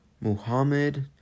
muhammad